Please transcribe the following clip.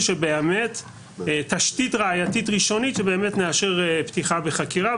שבאמת תהיה תשתית ראייתית ראשונית שבאמת נאשר פתיחה בחקירה.